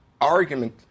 argument